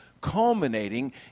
culminating